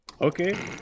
Okay